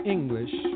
English